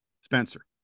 Spencer